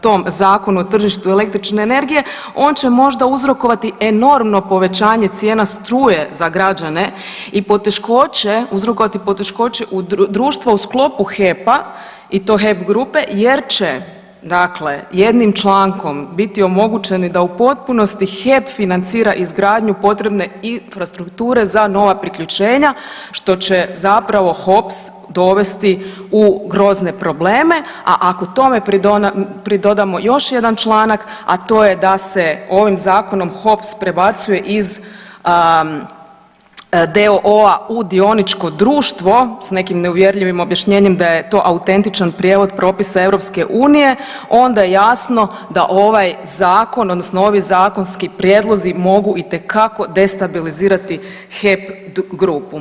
tom Zakonu, tržištu električne energije, on će možda uzrokovati enormno povećanje cijena struje za građane i poteškoće u, društvo u sklopu HEP-a i to HEP grupe jer će, dakle, jednim člankom biti omogućeni da u potpunosti HEP financiranju izgradnju potrebne infrastrukture za nova priključenja, što će zapravo HOPS dovesti u grozne probleme, a ako tome pridodamo još jedan članak, a to je da se ovim Zakonom HOPS prebacuje iz d.o.o.-a u d.d. s nekim neuvjerljivim objašnjenjem da je to autentičan prijevod propisa EU, onda jasno, da ovaj Zakon, odnosno ovim zakonski prijedlozi mogu itekako destabilizirati HEP grupu.